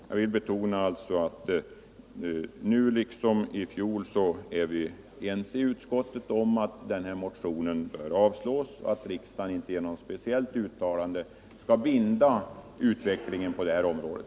Jag vill alltså betona att vi nu liksom i fjol är ense i utskottet om att motionen bör avslås och att riksdagen inte genom något speciellt uttalande bör binda utvecklingen på det här området.